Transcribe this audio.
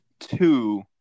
Two